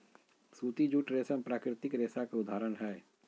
सूती, जूट, रेशम प्राकृतिक रेशा के उदाहरण हय